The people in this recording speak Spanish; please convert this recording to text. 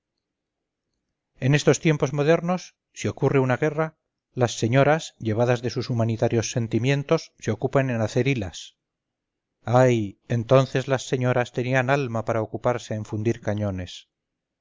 en estos tiempos modernos si ocurre una guerra las señoras llevadas de sus humanitarios sentimientos se ocupan en hacer hilas ay entonces las señoras tenían alma para ocuparse en fundir cañones